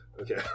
Okay